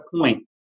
point